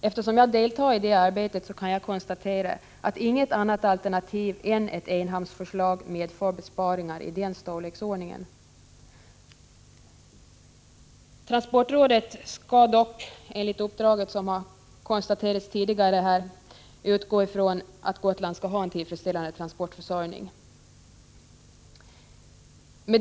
Eftersom jag deltar i det arbetet kan jag konstatera att inget annat alternativ än ett enhamnsförslag medför besparingar i den storleksordningen. Transportrådet skall dock, vilket har konstaterats här tidigare, enligt uppdraget ”utgå ifrån att Gotland skall ha en tillfredsställande transportförsörjning”.